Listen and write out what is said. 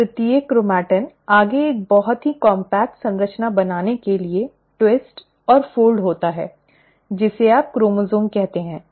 अब प्रत्येक क्रोमैटिन आगे एक बहुत ही कॉम्पैक्ट संरचना बनाने के लिए मोड़ता और फोल्ड होता है और जिसे आप क्रोमोसोम कहते हैं